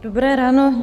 Dobré ráno.